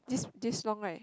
this this long right